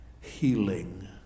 healing